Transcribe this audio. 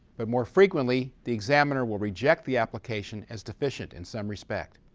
but more frequently, the examiner will reject the application as deficient in some respect.